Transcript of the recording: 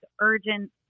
urgent